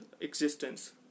existence